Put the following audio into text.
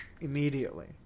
immediately